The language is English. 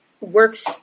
works